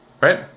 right